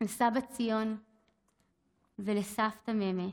לסבא ציון ולסבתא ממה,